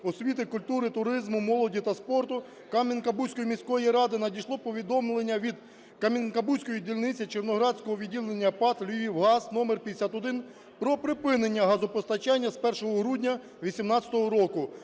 освіти, культури, туризму, молоді та спорту Кам'янка-Бузької міської ради надійшло повідомлення від Кам'янка-Бузької дільниці Червоноградського відділення ПАТ "Львівгаз" № 51 про припинення газопостачання з 1 грудня 2018 року.